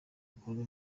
bikorwa